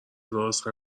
رآس